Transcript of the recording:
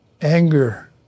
anger